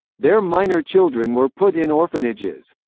their minor children were put in orphanages.